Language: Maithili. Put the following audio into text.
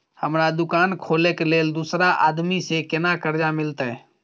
हमरा दुकान खोले के लेल दूसरा आदमी से केना कर्जा मिलते?